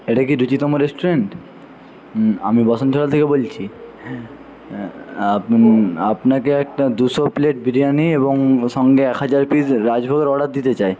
এটা কি রুচিতম রেস্টুরেন্ট আমি থেকে বলছি আপনাকে একটা দুশো প্লেট বিরিয়ানি এবং সঙ্গে এক হাজার পিস রাজভোগের অর্ডার দিতে চাই